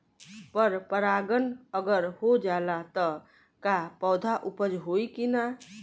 पर परागण अगर हो जाला त का पौधा उपज होई की ना?